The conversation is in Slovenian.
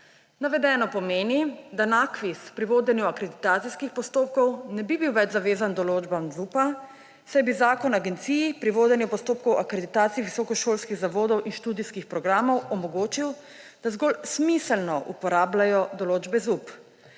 Navedeno pomeni, da NAKVIS pri vodenju akreditacijskih postopkov ne bi bil več zavezan k določbam ZUP, saj bi zakon agenciji pri vodenju postopku akreditacij visokošolskih zavodov in študijskih programov omogočil, da zgolj smiselno uporabljajo določbe ZUP.